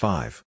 Five